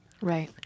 Right